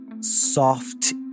soft